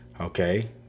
Okay